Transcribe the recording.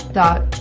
dot